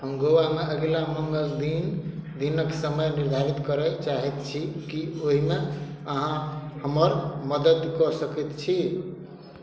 हम गोवामे अगिला मङ्गलदिन दिनक समय निर्धारित करय चाहैत छी की ओहिमे अहाँ हमर मददि कऽ सकैत छी